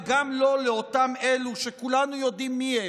וגם לא לאותם אלו שכולנו יודעים מיהם,